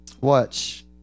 watch